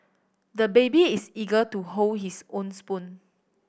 the baby is eager to hold his own spoon